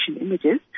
images